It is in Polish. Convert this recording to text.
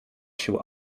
się